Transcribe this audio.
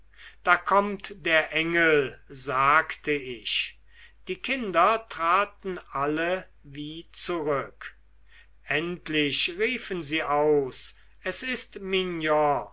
da kommt der engel sagte ich die kinder traten alle wie zurück endlich riefen sie aus es ist